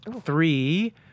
three